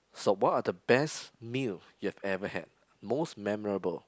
so what are the best meal you have ever had most memorable